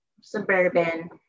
suburban